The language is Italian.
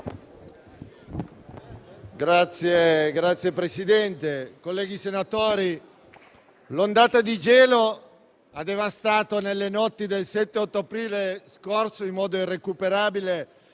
Signor Presidente, colleghi senatori, l'ondata di gelo ha devastato nelle notti del 7 e 8 aprile scorso in modo irrecuperabile